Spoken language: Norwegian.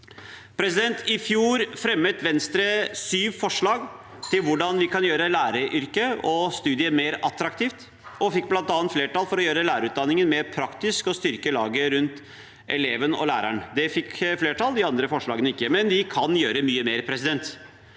I fjor fremmet Venstre syv forslag til hvordan vi kan gjøre læreryrket og studiet mer attraktivt, og fikk bl.a. flertall for å gjøre lærerutdanningen mer praktisk og styrke laget rundt eleven og læreren. Det fikk flertall, de andre forslagene ikke, men vi kan gjøre mye mer. Kanskje